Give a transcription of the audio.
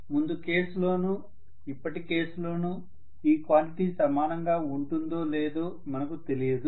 ముందు కేస్ లోనూ ఇప్పటి కేస్ లోనూ ఈ క్వాంటిటీ సమానంగా ఉంటుందో లేదో మనకు తెలియదు